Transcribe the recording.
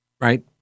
Right